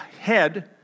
head